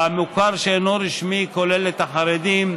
והמוכר שאינו רשמי כולל את החרדים,